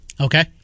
Okay